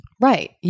right